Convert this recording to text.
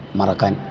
marakan